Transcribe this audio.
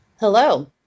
Hello